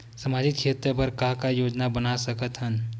सामाजिक क्षेत्र बर का का योजना बना सकत हन?